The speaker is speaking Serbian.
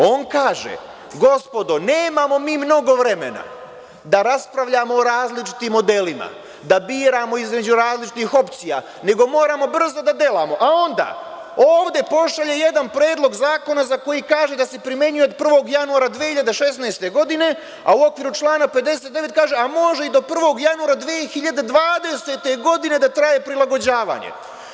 On kaže – gospodo, nemamo mi mnogo vremena da raspravljamo o različitim modelima, da biramo između različitih opcija, nego moramo brzo da delamo i onda ovde pošalje jedan predlog zakona za koji kaže da se primenjuje od 1. januara 2016. godine, a u okviru člana 59. kaže – a može i do prvog januara 2020. godine da traje prilagođavanje.